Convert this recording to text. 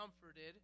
comforted